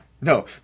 No